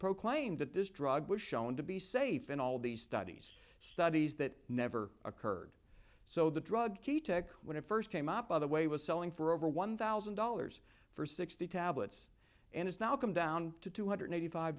proclaimed that this drug was shown to be safe and all these studies studies that never occurred so the drug he took when it first came up by the way was selling for over one thousand dollars for sixty tablets and it's now come down to two hundred eighty five